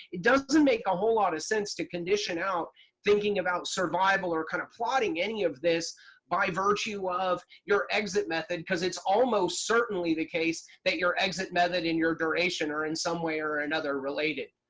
it doesn't make a whole lot of sense to condition out thinking about survival or kind of plotting any of this by virtue of your exit method because it's almost certainly the case that your exit method in your duration or in some way or another related.